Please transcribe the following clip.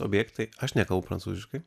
objektai aš nekalbu prancūziškai